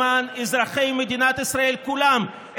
למען אזרחי מדינת ישראל כולם,